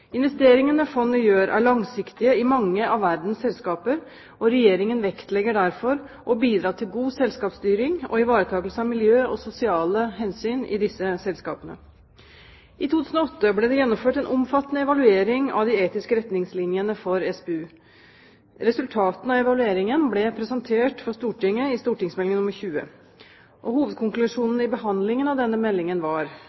Investeringene fondet gjør, er langsiktige i mange av verdens selskaper, og Regjeringen vektlegger derfor å bidra til god selskapsstyring og ivaretakelse av miljø og sosiale hensyn i disse selskapene. I 2008 ble det gjennomført en omfattende evaluering av de etiske retningslinjene for SPU. Resultatene av evalueringen ble presentert for Stortinget i St.meld. nr. 20. Hovedkonklusjonen i behandlingen av denne meldingen var